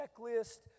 checklist